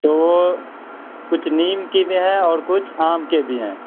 تو کچھ نیم کے بھی ہیں اور کچھ آم کے بھی ہیں